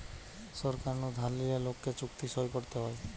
সরকার নু ধার লিলে লোককে চুক্তি সই করতে হয়